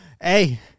Hey